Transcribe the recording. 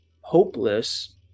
hopeless